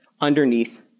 underneath